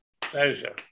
Pleasure